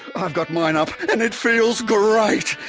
i've got mine up and it feels great.